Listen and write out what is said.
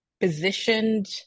positioned